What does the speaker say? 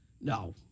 No